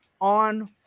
on